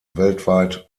weltweit